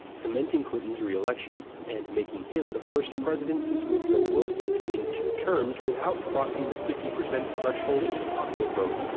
cementing clinton's reelection, and making him the first president since woodrow wilson to win two terms without crossing the fifty percent threshold in the popular vote.